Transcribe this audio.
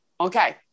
Okay